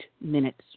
minutes